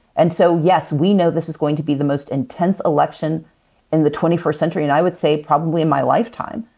and so, yes, we know this is going to be the most intense election in the twenty first century and i would say probably in my lifetime.